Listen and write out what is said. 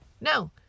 No